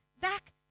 back